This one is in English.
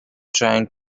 trying